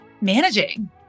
managing